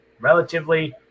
relatively